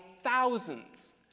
thousands